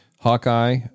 hawkeye